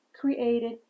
created